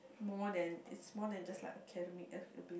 more than is more than just like academic affordability